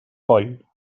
coll